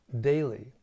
daily